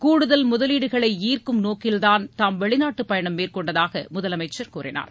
கூடுதல் முதலீடுகளை ஈர்க்கும் நோக்கில்தான் தாம் வெளிநாட்டு பயணம் மேற்கொண்டதாக முதலமைச்சர் கூறினார்